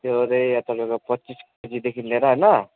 त्यो चाहिँ अब तपाईँको पच्चिस केजीदेखि लिएर होइन